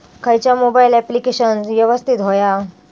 खयचा mobile application यवस्तित होया?